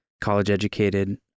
college-educated